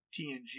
tng